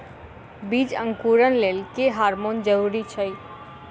बीज अंकुरण लेल केँ हार्मोन जरूरी छै?